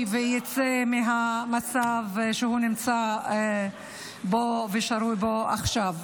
ויצא מהמצב שהוא נמצא בו ושרוי בו עכשיו.